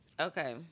Okay